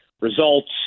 results